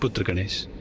but to witness